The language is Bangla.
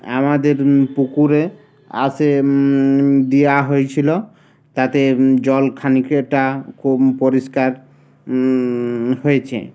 আমাদের পুকুরে আসে দিয়া হয়েছিলো তাতে জলখানিটা খুব পরিষ্কার হয়েছে